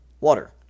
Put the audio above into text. water